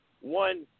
one